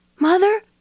Mother